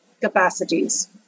capacities